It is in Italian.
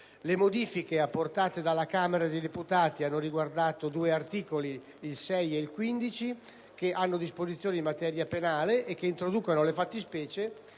Le modifiche apportate dalla Camera dei deputati hanno riguardato in particolare due articoli, il 6 e il 15, che contengono disposizioni in materia penale e che introducono le fattispecie